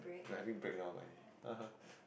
we are having break now right ha ha